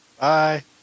Bye